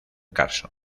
carson